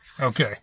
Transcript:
Okay